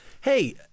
Hey